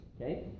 okay